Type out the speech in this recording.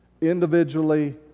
individually